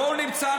וזה יפה מאוד.